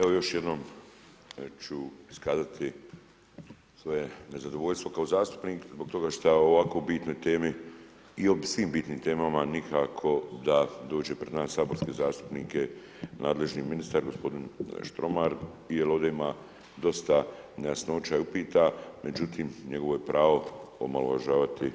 Evo još jednom ću iskazati svoje nezadovoljstvo kao zastupnik zbog toga što o ovako bitnoj temi i o svim bitnim temama nikako da dođe pred nas saborske zastupnike nadležni ministar gospodin Štromar i jer ovdje ima dosta nejasnoća i upita međutim njegovo je pravo omalovažavati